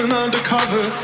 undercover